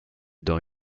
dans